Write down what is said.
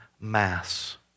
mass